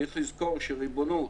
בסוף מהי ריבונות?